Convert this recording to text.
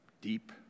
deep